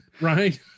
Right